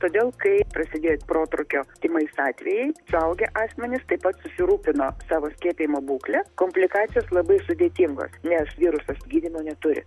todėl kai prasidėjo protrūkio tymais atvejai suaugę asmenys taip pat susirūpino savo skiepijimo būkle komplikacijos labai sudėtingos nes virusas gydymo neturi